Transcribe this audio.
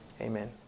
amen